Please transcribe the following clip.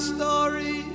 story